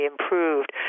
improved